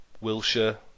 Wilshire